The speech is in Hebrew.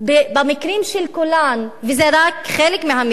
במקרים של כולן, וזה רק חלק מהמקרים,